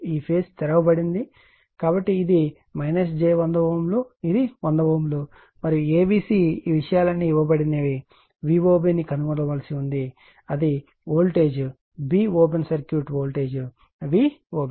కాబట్టి ఇది j 100 Ω ఇది 100 Ω మరియు A B C ఈ విషయాలన్నీ ఇవ్వబడినవి VOB ను కనుగొనవలసి ఉంది అది voltage b open circuit voltage VOB